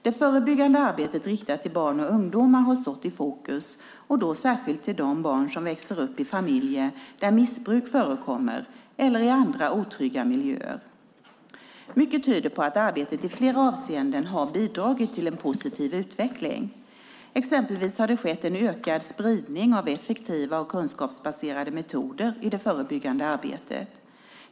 Det förebyggande arbetet riktat till barn och ungdomar har stått i fokus och då särskilt de barn som växer upp i familjer där missbruk förekommer eller i andra otrygga miljöer. Mycket tyder på att arbetet i flera avseenden har bidragit till en positiv utveckling. Exempelvis har det skett en ökad spridning av effektiva och kunskapsbaserade metoder i det förebyggande arbetet.